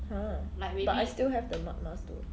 !huh! but I still have the mud mask though